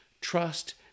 trust